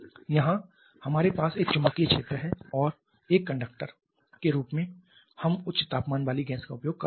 यहां हमारे पास एक चुंबकीय क्षेत्र है और एक कंडक्टर के रूप में हम उच्च तापमान वाली गैस का उपयोग कर रहे हैं